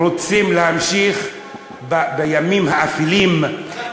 רוצים להמשיך בימים האפלים,